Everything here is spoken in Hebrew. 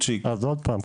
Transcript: אז עוד פעם,